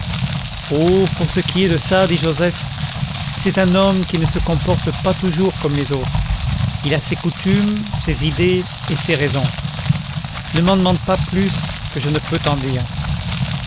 pour ce qui est de ça dit joseph c'est un homme qui ne se comporte pas toujours comme les autres il a ses coutumes ses idées et ses raisons ne m'en demande pas plus que je ne peux t'en dire